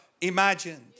imagined